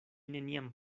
neniam